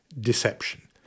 deception